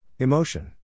Emotion